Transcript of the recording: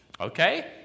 okay